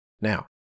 Now